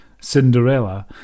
Cinderella